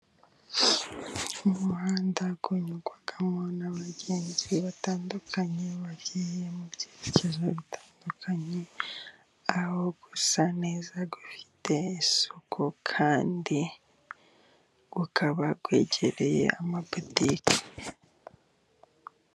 Mu muhanda unyurwamo n'abagenzi batandukanye, bagiye mu byerekezo bitandukanye, aho usa neza, ufite isuku, kandi ukaba wegereye amabutiki.